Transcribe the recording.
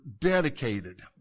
dedicated